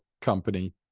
company